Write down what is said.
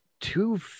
two